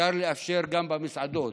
אפשר לאפשר גם במסעדות.